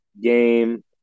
game